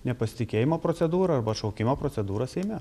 nepasitikėjimo procedūrą arba atšaukimo procedūrą seime